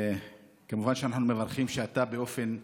כמובן אנחנו מברכים שאתה פה באופן אישי,